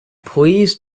please